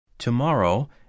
Tomorrow